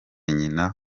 nyina